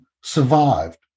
survived